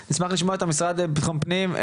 אני אשמח לשמוע את המשרד לבטחון פנים,